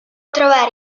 trovare